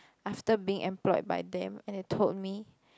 after being employed by them and they told me